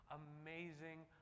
amazing